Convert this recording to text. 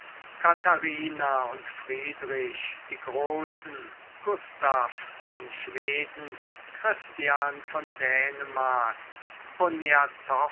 katharina und friedrich die großen gustav von schweden christian von dänemark